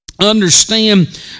understand